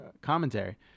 commentary